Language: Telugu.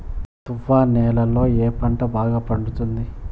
తువ్వ నేలలో ఏ పంట బాగా పండుతుంది?